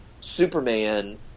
superman